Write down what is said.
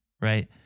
right